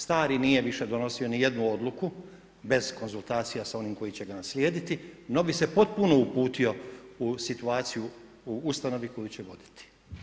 Stari nije više donosio ni jednu odluku bez konzultacija sa onim koji će ga naslijediti, novi se potpuno uputio u situaciju u ustanovi koju će voditi.